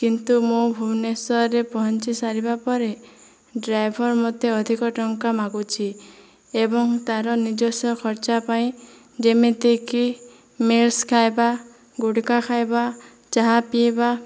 କିନ୍ତୁ ମୁଁ ଭୁବନେଶ୍ଵରରେ ପହଞ୍ଚି ସାରିବା ପରେ ଡ୍ରାଇଭର ମୋତେ ଅଧିକ ଟଙ୍କା ମାଗୁଛି ଏବଂ ତା'ର ନିଜସ୍ଵ ଖର୍ଚ୍ଚ ପାଇଁ ଯେମିତି କି ମିଲସ୍ ଖାଇବା ଗୁଡ଼ଖା ଖାଇବା ଚାହା ପିଇବା